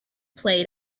played